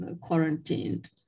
quarantined